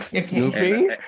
Snooping